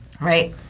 Right